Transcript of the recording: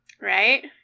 Right